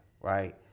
Right